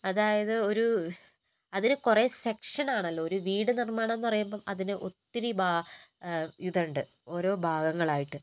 അതായത് ഒരു അതിന് കുറേ സെക്ഷൻ ആണല്ലോ ഒരു വീട് നിർമ്മാണം എന്നു പറയുമ്പം അതിന് ഒത്തിരി ഇതുണ്ട് ഓരോ ഭാഗങ്ങളായിട്ട്